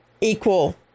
equal